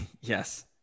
Yes